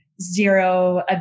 zero